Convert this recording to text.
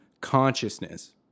consciousness